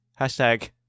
hashtag